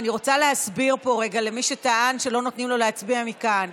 אני רוצה להסביר פה רגע למי שטען שלא נותנים לו להצביע מכאן.